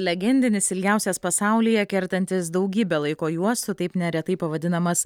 legendinis ilgiausias pasaulyje kertantis daugybę laiko juostų taip neretai pavadinamas